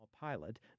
Pilot